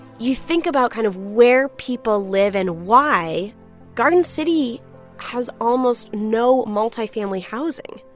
you think about kind of where people live and why garden city has almost no multi-family housing